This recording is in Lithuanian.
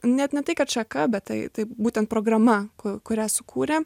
net ne tai kad šaka bet tai tai būtent programa kurią sukūrė